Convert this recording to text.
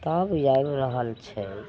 तब आबि रहल छै